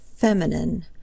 FEMININE